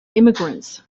immigrants